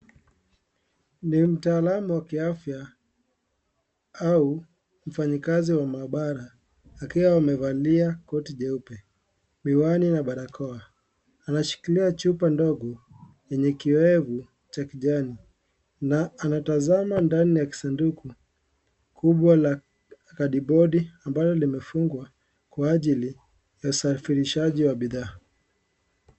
Ni mtaalamu wa kiafya au mfanyakazi wa maabara akiwa amevalia koti jeupe, miwani na barakoa. Anashikilia chupa ndogo yenye kiowevu cha kijani. Anatazama ndani ya sanduku kubwa la cardboard , ambalo limefungwa kwa ajili ya usafirishaji wa bidhaa.